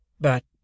But